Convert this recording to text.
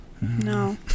No